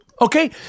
Okay